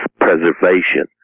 preservation